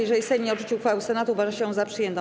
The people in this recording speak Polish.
Jeżeli Sejm nie odrzuci uchwały Senatu, uważa się ją za przyjętą.